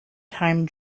time